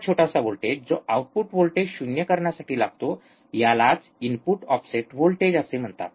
हा छोटासा व्होल्टेज जो आउटपुट व्होल्टेज शून्य ० करण्यासाठी लागतो यालाच इनपुट ऑफसेट व्होल्टेज असे म्हणतात